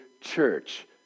church